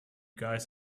guys